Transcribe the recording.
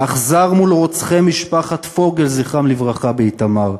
אכזר מול רוצחי משפחת פוגל, זכרם לברכה, באיתמר,